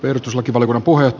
herra puhemies